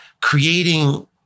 creating